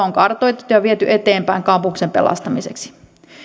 on kartoitettu ja viety eteenpäin kampuksen pelastamiseksi